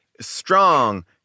strong